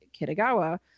Kitagawa